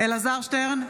בעד אלעזר שטרן,